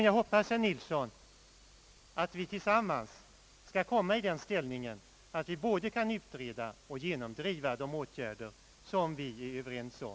Jag hoppas, herr Nilsson, att vi tillsammans kan komma i den ställningen, att vi både kan utreda och genomdriva de åtgärder, som vi är överens om.